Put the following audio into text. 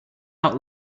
out